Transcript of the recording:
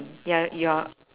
ya you are